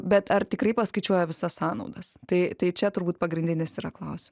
bet ar tikrai paskaičiuoja visas sąnaudas tai tai čia turbūt pagrindinis yra klaus